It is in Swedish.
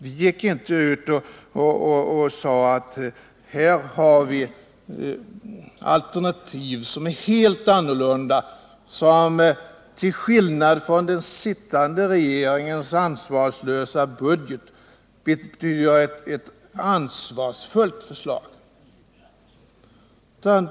Vi gick inte ut och sade: Här har vi alternativ som är helt annorlunda, som till skillnad från den sittande regeringens ansvarslösa budget är ansvarsfulla förslag.